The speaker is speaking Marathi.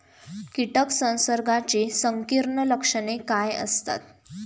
कीटक संसर्गाची संकीर्ण लक्षणे काय असतात?